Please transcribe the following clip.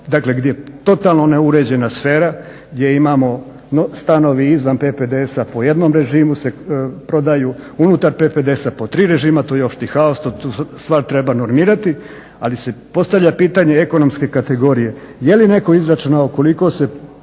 dakle gdje je totalno neuređena sfera, gdje imamo stanovi izvan PPDS-a po jednom režimu se prodaju, unutar PPDS-a po tri režima. Tu je opšti haos, tu stvar treba normirati ali se postavlja pitanje ekonomske kategorije je li netko izračunao koliko se proračun